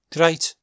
Great